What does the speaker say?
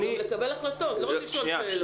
לקבל החלטות, לא רק לשאול שאלות.